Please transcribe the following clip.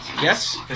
yes